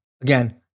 Again